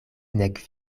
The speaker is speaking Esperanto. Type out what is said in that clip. nek